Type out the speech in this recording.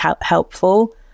helpful